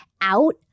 out